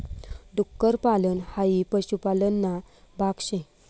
डुक्कर पालन हाई पशुपालन ना भाग शे